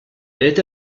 est